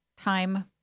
time